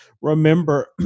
remember